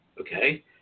okay